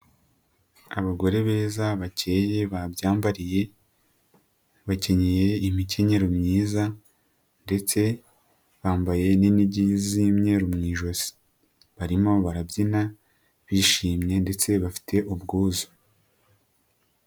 Abagore beza bakeye babyambariye, bakenyeye imikenyero myiza ndetse bambaye n'inigi z'imyeru mu ijosi, barimo barabyina bishimye ndetse bafite ubwuzu.